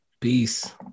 Peace